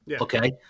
Okay